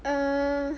err